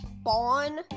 Spawn